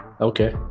okay